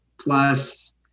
plus